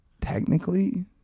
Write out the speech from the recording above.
Technically